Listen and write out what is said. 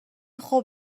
خوب